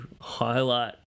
highlight